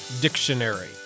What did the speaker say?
Dictionary